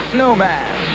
Snowman